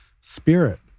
spirit